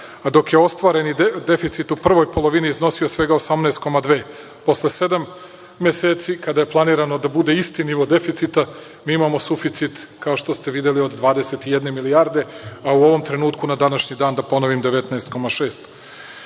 dok je ostvareni deficit u prvoj polovini iznosio svega 18,2. Posle sedam meseci kada je planirano da bude isti nivo deficita, mi imamo suficit, kao što ste videli od 21 milijarde, a u ovom trenutku na današnji dan, da ponovim 19,6.Uz